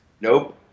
Nope